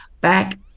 back